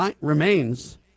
remains